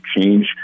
change